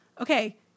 okay